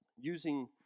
using